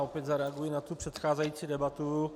Opět zareaguji na předcházející debatu.